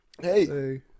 Hey